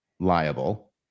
liable